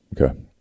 Okay